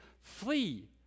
flee